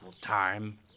time